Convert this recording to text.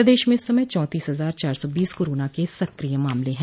प्रदेश में इस समय चौतीस हजार चार सौ बीस कोरोना के सक्रिय मामले हैं